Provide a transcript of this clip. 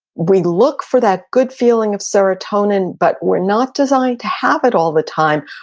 we look for that good feeling of serotonin, but we're not designed to have it all the time.